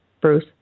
Bruce